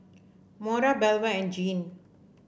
Mora Belva and Jeane